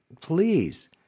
please